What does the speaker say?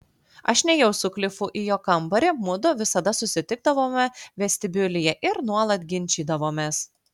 aš nėjau su klifu į jo kambarį mudu visada susitikdavome vestibiulyje ir nuolat ginčydavomės